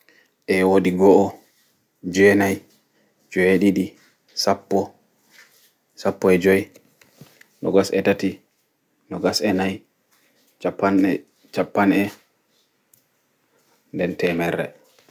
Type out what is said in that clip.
Eeh wooɗi go'o jenai je ɗiɗi sappo sappo e joi nogas e tati nogas e nai cappan'e nɗen temerre